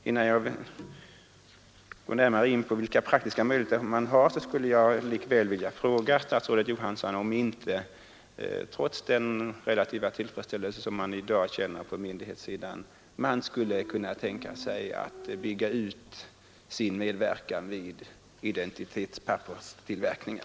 Innan jag går närmare in på vilka praktiska möjligheter man har skulle jag likväl vilja fråga statsrådet Johansson, om man inte, trots den relativa tillfredsställelse man i dag känner på myndighetssidan, där skulle kunna tänka sig att bygga ut sin medverkan vid identitetspapperstillverkningen.